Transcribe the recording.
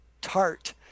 tart